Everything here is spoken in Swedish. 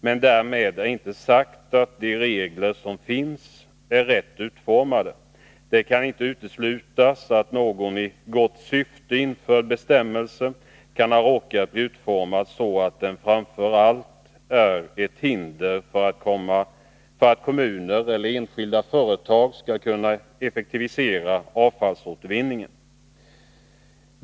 Men därmed är inte sagt att de regler som finns är rätt utformade. Det kan inte uteslutas att någon i gott syfte införd bestämmelse kan ha råkat bli utformad så att den framför allt är ett hinder för att kommuner eller enskilda företag skall kunna effektivisera avfallsåtervinningen.